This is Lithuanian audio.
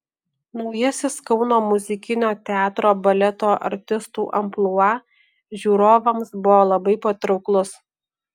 naujasis kauno muzikinio teatro baleto artistų amplua žiūrovams buvo labai patrauklus